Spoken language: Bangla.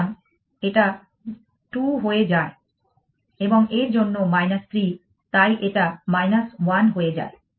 সুতরাং এটা 2 হয়ে যায় এবং এর জন্য 3 তাই এটা 1 হয়ে যায়